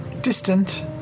distant